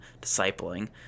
discipling